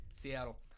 Seattle